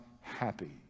happy